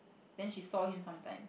then she saw him sometimes